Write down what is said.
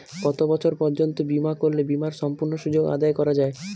কত বছর পর্যন্ত বিমা করলে বিমার সম্পূর্ণ সুযোগ আদায় করা য়ায়?